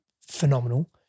phenomenal